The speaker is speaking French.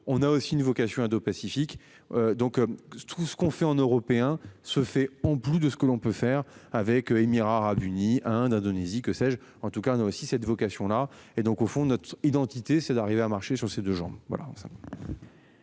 On a aussi une vocation indopacifique. Donc tout ce qu'on fait en européens se fait en plus de ce que l'on peut faire avec, Émirats Arabes Unis, Inde, Indonésie, que sais-je. En tout cas a aussi cette vocation là et donc au fond, notre identité, c'est d'arriver à marcher sur ses 2 jambes.